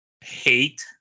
Hate